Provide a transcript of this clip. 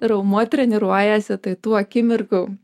raumuo treniruojasi tai tų akimirkų